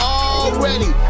already